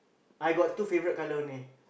I got two favourite colour only